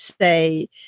say